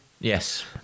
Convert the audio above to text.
yes